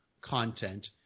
content